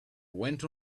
went